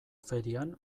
ferian